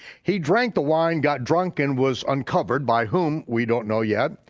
he drank the wine, got drunk, and was uncovered, by whom we don't know yet.